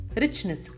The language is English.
Richness